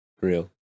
Real